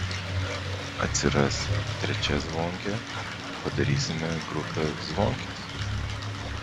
atsiras trečia zvonkė padarysime grupę zvonkės